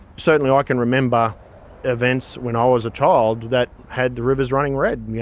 certainly i can remember events when i was a child that had the rivers running red.